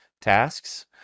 tasks